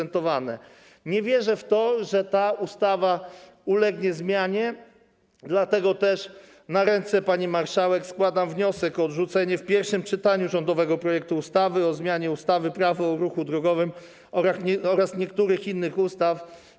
Nie wierzę, że treść tej ustawy ulegnie zmianie, dlatego na ręce pani marszałek składam wniosek o odrzucenie w pierwszym czytaniu rządowego projektu ustawy o zmianie ustawy - Prawo o ruchu drogowym oraz niektórych innych ustaw.